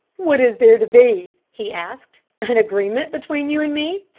what is there to be? he asked. an agreement between you and me?